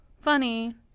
funny